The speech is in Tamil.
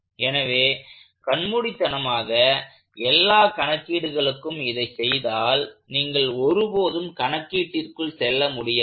எனவே கண்மூடித்தனமாக எல்லா கணக்கீடுகளுக்கும் இதைச் செய்தால் நீங்கள் ஒருபோதும் கணக்கீட்டிற்குள் செல்ல முடியாது